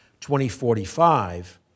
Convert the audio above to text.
2045